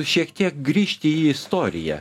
šiek tiek grįžti į istoriją